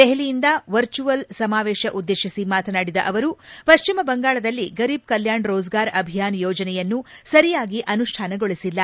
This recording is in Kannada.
ದೆಹಲಿಯಿಂದ ವರ್ಚುಯಲ್ ಸಮಾವೇಶ ಉದ್ದೇಶಿಸಿ ಮಾತನಾಡಿದ ಅವರು ಪಶ್ಚಿಮ ಬಂಗಾಳದಲ್ಲಿ ಗರೀಬ್ ಕಲ್ಕಾಣ್ ರೋಜ್ಗಾರ್ ಅಭಿಯಾನ್ ಯೋಜನೆಯನ್ನು ಸರಿಯಾಗಿ ಅನುಷ್ಠಾನಗೊಳಿಸಿಲ್ಲ